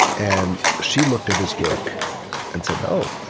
and she looked at his work and said, oh,